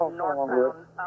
northbound